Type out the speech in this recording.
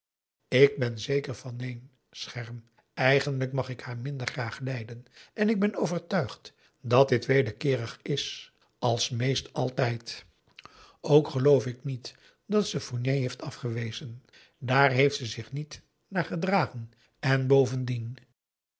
ik ben zeker van neen scherm eigenlijk mag ik haar minder graag lijden en ik ben overtuigd dat dit wederkeerig is als meest altijd ook geloof ik niet dat ze fournier heeft afgewezen daar heeft ze zich niet naar gedragen en bovendien